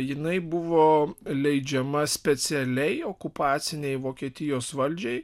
jinai buvo leidžiama specialiai okupacinei vokietijos valdžiai